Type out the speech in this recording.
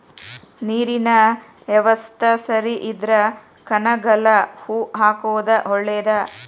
ನೇರಿನ ಯವಸ್ತಾ ಸರಿ ಇದ್ರ ಕನಗಲ ಹೂ ಹಾಕುದ ಒಳೇದ